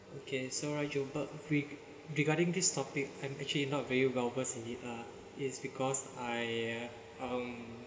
okay so are you regarding this topic I'm actually not very well-versed in it lah it's because I um